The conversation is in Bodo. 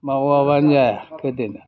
मावाबानो जाया गोदोनिया